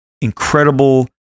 incredible